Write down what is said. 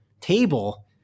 table